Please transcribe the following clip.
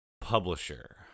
publisher